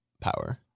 power